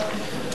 נכון.